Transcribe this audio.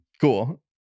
Cool